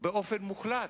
באופן מוחלט,